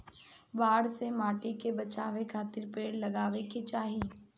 बाढ़ से माटी के बचावे खातिर पेड़ लगावे के चाही